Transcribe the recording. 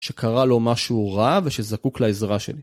שקרה לו משהו רע ושזקוק לעזרה שלי.